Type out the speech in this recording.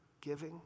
giving